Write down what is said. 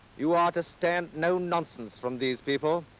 you ah to stand no nonsense from these people.